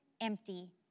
empty